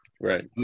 Right